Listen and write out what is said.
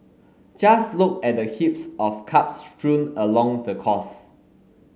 just look at the heaps of cups strewn along the course